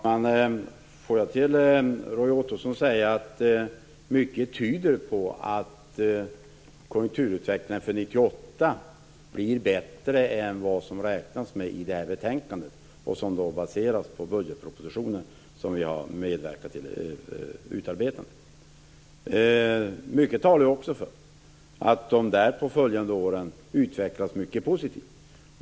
Herr talman! Roy Ottosson, mycket tyder på att konjunkturutvecklingen för 1998 blir bättre än vad man räknar med i det här betänkandet, som baseras på den budgetproposition vars utarbetande vi har medverkat till. Mycket talar för att det under de därpå följande åren blir en mycket positiv utveckling.